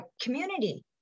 community